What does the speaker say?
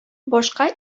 башка